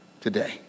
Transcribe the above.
today